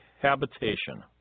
habitation